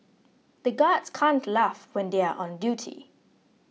the guards can't laugh when they are on duty